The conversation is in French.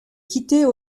quitter